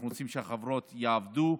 אנחנו רוצים שהחברות יעבדו,